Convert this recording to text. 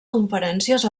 conferències